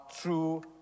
True